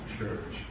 church